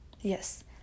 Yes